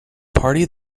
party